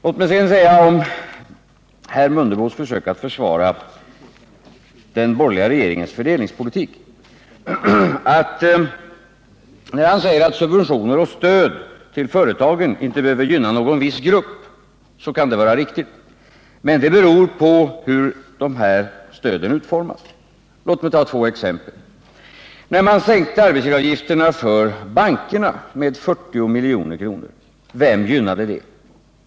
Låt mig sedan säga i anslutning till herr Mundebos försök att försvara den borgerliga regeringens fördelningspolitik att när budgetministern säger att subventioner och stöd till företagen inte behöver gynna någon viss grupp, så kan det vara riktigt. Men det beror på hur dessa stöd utformas. Låt mig ta två exempel! För det första: När man sänkte arbetsgivaravgifterna för bankerna med 40 miljoner, vem gynnade det?